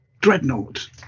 dreadnought